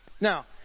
Now